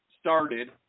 started